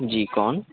جی کون